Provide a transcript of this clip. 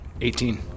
18